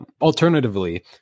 alternatively